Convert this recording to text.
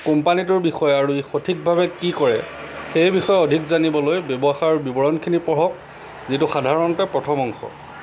কোম্পানীটোৰ বিষয়ে আৰু ই সঠিকভাৱে কি কৰে সেই বিষয়ে অধিক জানিবলৈ ব্যৱসায়ৰ বিৱৰণখিনি পঢ়ক যিটো সাধাৰণতে প্ৰথম অংশ